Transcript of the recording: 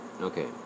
okay